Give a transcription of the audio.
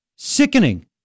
Sickening